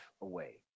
away